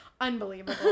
Unbelievable